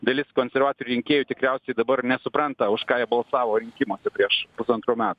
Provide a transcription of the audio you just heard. dalis konservatorių rinkėjų tikriausiai dabar nesupranta už ką jie balsavo rinkimuose prieš pusantrų metų